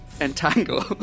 Entangle